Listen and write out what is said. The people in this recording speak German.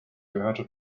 gehörte